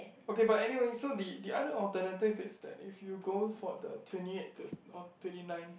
okay but anyway so the the other alternative is that if you go for the twenty eighth to or twenty ninth